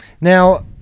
Now